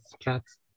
cats